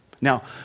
Now